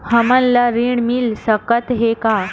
हमन ला ऋण मिल सकत हे का?